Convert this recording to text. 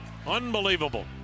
unbelievable